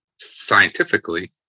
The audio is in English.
scientifically